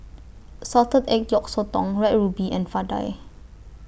Salted Egg Yolk Sotong Red Ruby and Vadai